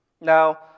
Now